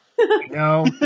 No